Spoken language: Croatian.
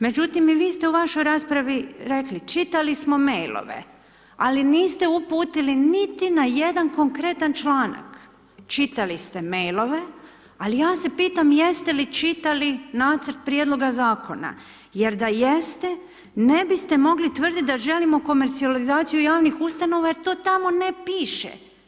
Međutim i vi ste u vašoj raspravi rekli čitali smo mailove ali niste uputili niti na jedan konkretan članak, čitali ste mailove, ali ja se pitam jeste li čitali nacrt prijedloga zakona jer da jeste ne biste mogli tvrditi da želimo komercijalizaciju javnih ustanova jer to tamo ne piše.